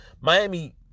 miami